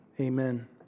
Amen